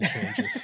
changes